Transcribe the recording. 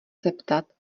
zeptat